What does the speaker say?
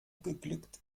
geglückt